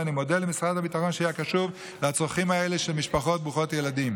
ואני מודה למשרד הביטחון שהיה קשוב לצרכים האלה של משפחות ברוכות ילדים.